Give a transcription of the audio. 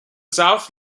south